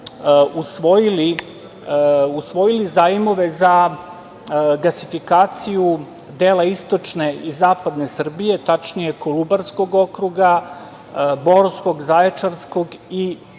usvojili zajmove za gasifikaciju dela istočne i zapadne Srbije, tačnije Kolubarskog okruga, Borskog, Zaječarskog i Pčinjskog